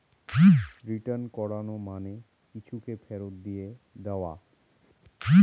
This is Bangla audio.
রিটার্ন করানো মানে কিছুকে ফেরত দিয়ে দেওয়া